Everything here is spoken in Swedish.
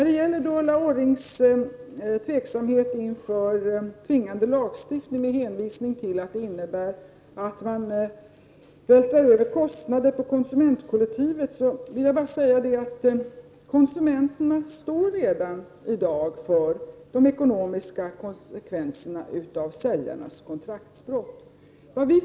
Med anledning av Ulla Orrings tveksamhet inför tvångslagstiftning, med hänvisning till att det innebär att man vältrar över kostnader på konsumentkollektivet, vill jag säga att konsumenterna redan i dag står för de ekonomiska konsekvenserna av säljarnas kontraktsbrott.